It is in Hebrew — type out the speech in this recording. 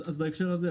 בהקשר הזה,